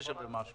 9 מיליון ומשהו.